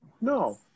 No